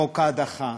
חוק ההדחה,